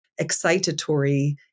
excitatory